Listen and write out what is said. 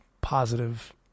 positive